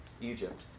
Egypt